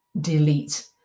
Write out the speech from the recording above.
delete